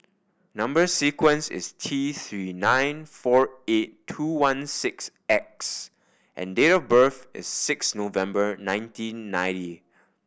number sequence is T Three nine four eight two one six X and date of birth is six November nineteen ninety